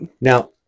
Now